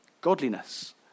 godliness